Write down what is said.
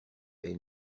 elle